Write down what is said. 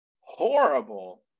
horrible